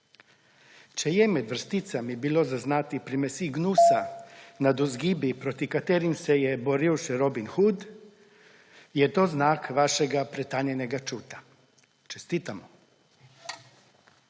Če je med vrsticami bilo zaznati primesi gnusa nad vzgibi, proti katerim se je boril še Robin Hood, je to znak vašega pretanjenega čuta. Čestitamo!